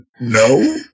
No